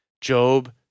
Job